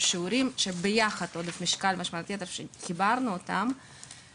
של עודף המשקל ושל השמנת יתר לאורך השנים,